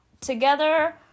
together